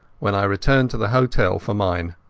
when i returned to the hotel for mine.